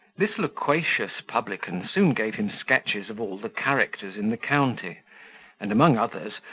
this loquacious publican soon gave him sketches of all the characters in the county and, among others,